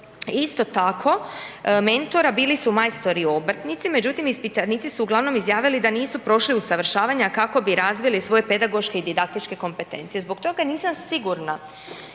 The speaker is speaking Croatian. isto tako, mentora bili su majstori obrtnici, međutim, ispitanici su uglavnom izjavili da nisu prošli usavršavanja kako bi razvili svoje pedagoške i didaktičke kompetencije. Zbog toga nisam sigurna